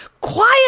Quiet